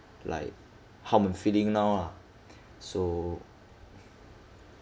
like how I'm feeling now lah so